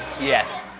Yes